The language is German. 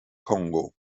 kongo